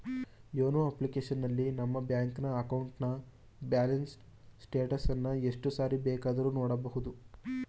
YONO ಅಪ್ಲಿಕೇಶನಲ್ಲಿ ನಮ್ಮ ಬ್ಯಾಂಕಿನ ಅಕೌಂಟ್ನ ಬ್ಯಾಲೆನ್ಸ್ ಸ್ಟೇಟಸನ್ನ ಎಷ್ಟು ಸಾರಿ ಬೇಕಾದ್ರೂ ನೋಡಬೋದು